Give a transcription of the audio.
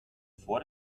vor